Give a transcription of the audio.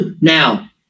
Now